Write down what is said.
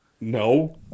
No